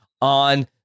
on